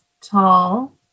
tall